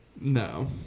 no